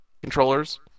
controllers